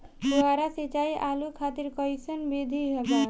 फुहारा सिंचाई आलू खातिर कइसन विधि बा?